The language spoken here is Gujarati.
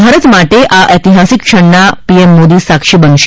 ભારત માટે આ ઐતિહાસિક ક્ષણના પીએમ મોદી સાક્ષી બનશે